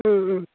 ও ও